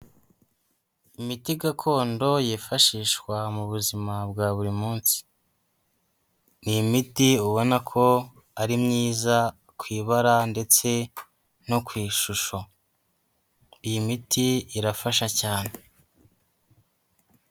Imiti gakondo yifashishwa mu buzima bwa buri munsi, ni imiti ubona ko ari myiza ku ibara ndetse no ku ishusho. Iyi miti irafasha cyane.